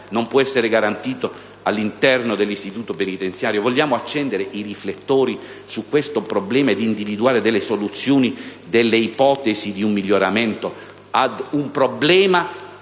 non può essere garantito all'interno dell'istituto penitenziario? Vogliamo accendere i riflettori su questo ed individuare delle soluzioni e delle ipotesi di miglioramento ad un problema